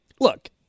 Look